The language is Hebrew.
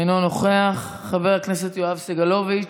אינו נוכח, חבר הכנסת יואב סגלוביץ'